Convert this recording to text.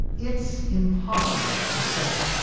it's impossible to say,